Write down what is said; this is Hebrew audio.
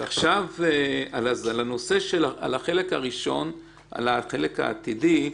עכשיו, על החלק הראשון, החלק העתידי,